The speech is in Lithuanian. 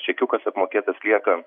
čekiukas apmokėtas lieka